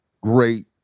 great